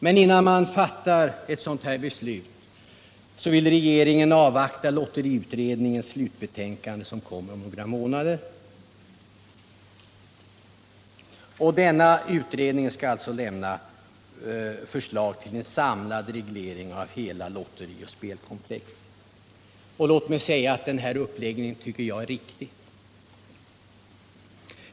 Men innan man fattar ett sådant här beslut, vill regeringen avvakta lotteriutredningens slutbetänkande, som kommer att framläggas om några månader och som kommer att innehålla förslag om en samlad reglering av hela lotterioch spelkomplexet. Låt mig säga att jag tycker att den uppläggningen är riktig.